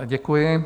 Děkuji.